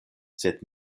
sed